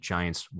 Giants